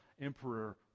emperor